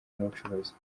n’ubucuruzi